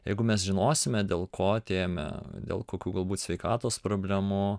jeigu mes žinosime dėl ko atėjome dėl kokių galbūt sveikatos problemų